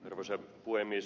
arvoisa puhemies